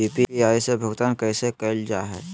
UPI से भुगतान कैसे कैल जहै?